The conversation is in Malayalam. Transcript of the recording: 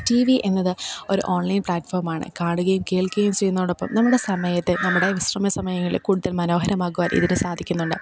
ടീ വി എന്നത് ഒരു ഓൺലൈൻ പ്ലാറ്റ്ഫോമാണ് കാണുകയും കേൾക്കുകയും ചെയ്യുന്നോടൊപ്പം നമ്മുടെ സമയത്തെ നമ്മുടെ വിശ്രമ സമയങ്ങളിൽ കൂടുതൽ മനോഹരമാക്കുവാൻ ഇതിനു സാധിക്കുന്നുണ്ട്